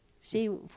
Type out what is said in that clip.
see